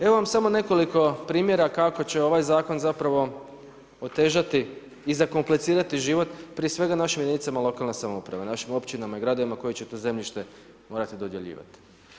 Evo vam samo nekoliko primjera, kako će ovaj zakon, zapravo otežati i zakomplicirati život prije svega našim jedinicama lokalne samouprave, našim općinama i gradovima, koje će te zemljište morati dodjeljivati.